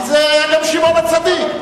כי זה היה גם שמעון הצדיק.